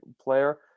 player